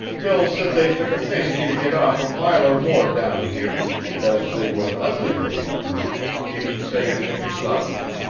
bill said they took a fancy to get off a mile or more down here, and as they were an ugly-looking crew he didn't say anything to stop them.